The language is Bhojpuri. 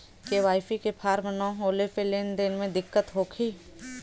के.वाइ.सी के फार्म न होले से लेन देन में दिक्कत होखी?